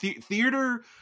theater